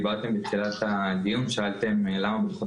דיברתם בתחילת הדיון ושאלתם למה בדוחות